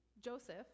Joseph